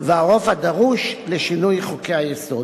והרוב הדרוש לשינוי חוקי-היסוד.